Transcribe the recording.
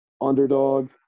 underdog